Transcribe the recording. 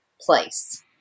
place